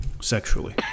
sexually